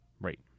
Right